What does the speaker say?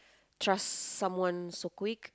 trust someone so quick